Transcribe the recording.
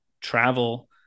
travel